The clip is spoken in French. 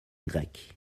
grecque